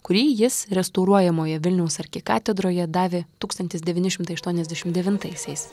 kurį jis restauruojamoje vilniaus arkikatedroje davė tūkstantis devyni šimtai aštuoniasdešimt devintaisiais